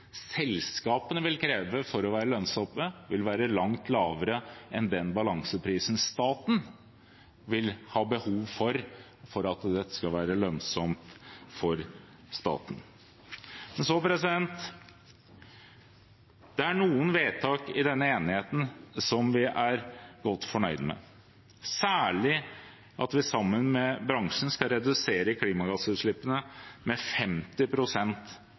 staten vil ha behov for for at dette skal være lønnsomt for staten. Det er noen vedtak i denne enigheten vi er godt fornøyd med, særlig at vi sammen med bransjen skal redusere klimagassutslippene med